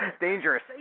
Dangerous